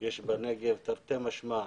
- יש בנגב, תרתי משמע,